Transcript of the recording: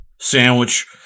sandwich